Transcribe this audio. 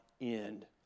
end